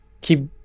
keep